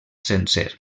sencer